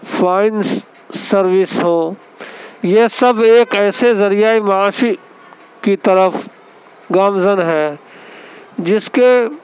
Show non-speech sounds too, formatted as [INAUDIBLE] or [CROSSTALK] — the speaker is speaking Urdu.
[UNINTELLIGIBLE] سروس ہو یہ سب ایک ایسے ذریعہ معاشی کی طرف گامزن ہیں جس کے